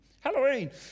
halloween